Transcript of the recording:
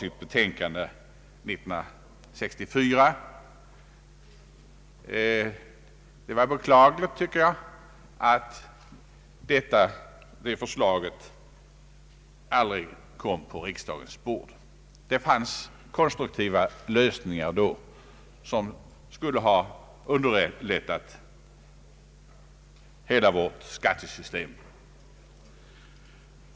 Det är beklagligt, tycker jag, att det förslag som den avgav i sitt betänkande år 1964 aldrig kom på riksdagens bord. Där fanns konstruktiva lösningar som skulle ha gjort hela vårt skattesystem smidigare.